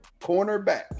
cornerback